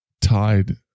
tied